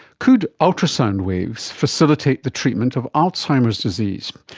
could ultrasound waves facilitate the treatment of alzheimer's disease?